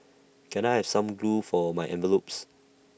can I have some glue for my envelopes